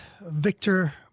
Victor